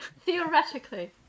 theoretically